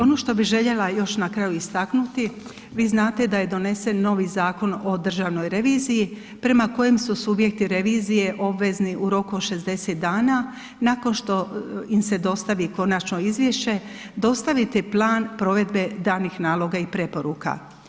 Ono što bi željela još na kraju istaknuti, vi znate da je donesen novi Zakon o državnoj reviziji prema kojem su subjekti revizije obvezi u roku od 60 dana nakon što im se dostavi konačno izvješće dostaviti plan provedbe danih naloga i preporuka.